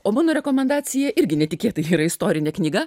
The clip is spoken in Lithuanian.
o mano rekomendacija irgi netikėtai yra istorinė knyga